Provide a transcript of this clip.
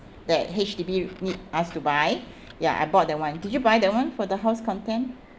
that H_D_B need us to buy ya I bought that one did you buy that one for the house content